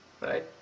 right